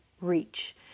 reach